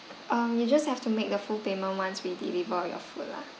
um you just have to make the full payment once we deliver your food lah